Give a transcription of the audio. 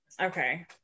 okay